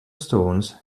stones